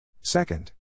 Second